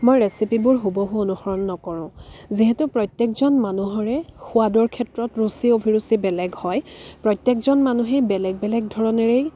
মই ৰেচিপিবোৰ হুবহু অনুসৰণ নকৰোঁ যিহেতু প্ৰত্যেকজন মানুহৰে সোৱাদৰ ক্ষেত্ৰত ৰুচি অভিৰুচি বেলেগ হয় প্ৰত্যেকজন মানুহেই বেলেগ বেলেগ ধৰণেৰেই